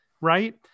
Right